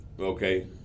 Okay